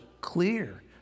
clear